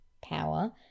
power